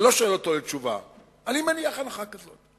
אני לא שואל אותו מה התשובה, אני מניח הנחה כזאת.